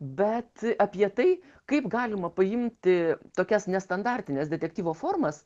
bet apie tai kaip galima paimti tokias nestandartines detektyvo formas